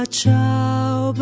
ciao